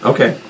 Okay